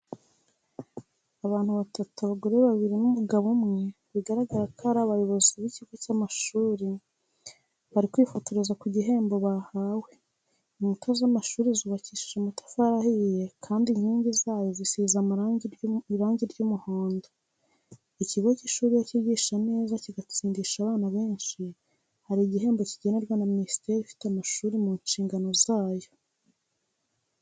Abantu batatu, abagore babiri n'umugabo umwe, bigaragara ko ari abayobozi b'ikigo cy'amashuri bari kwifotoreza ku gihembo bahawe. Inkuta z'amashuri zubakishije amatafari ahiye kandi inkingi zayo zisize irangi ry'umuhondo. Ikigo cy'ishuri iyo kigisha neza kigatsindisha abana benshi hari ibihembo kigenerwa na minisiteri ifite amashuri mu nshingano zayo.